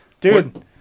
dude